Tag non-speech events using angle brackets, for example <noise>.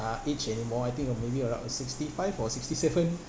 uh age anymore I think uh maybe around sixty five or sixty seven <laughs>